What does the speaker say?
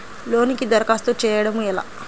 లోనుకి దరఖాస్తు చేయడము ఎలా?